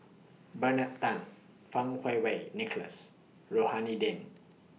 Bernard Tan Fang Kuo Wei Nicholas Rohani Din